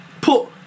put